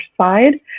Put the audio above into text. side